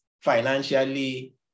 financially